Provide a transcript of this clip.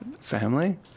Family